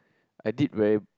I did very